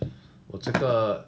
我这个